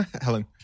Helen